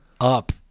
up